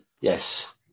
Yes